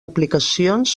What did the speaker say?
aplicacions